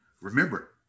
remember